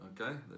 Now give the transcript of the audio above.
okay